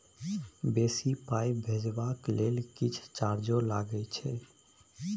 बेसी पाई भेजबाक लेल किछ चार्जो लागे छै?